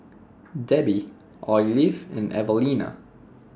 Debi Olive and Alvena